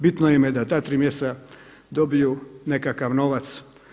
Bitno im je da ta tri mjeseca dobiju nekakav novac.